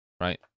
right